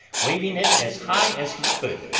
waving it as high as he could,